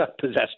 possessed